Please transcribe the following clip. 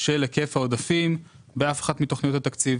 של היקף העודפים באף אחת מתכניות התקציב.